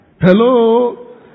Hello